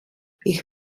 ich